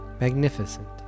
magnificent